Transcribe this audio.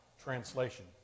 translation